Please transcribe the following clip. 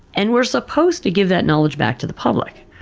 and we're supposed to give that knowledge back to the public.